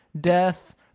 death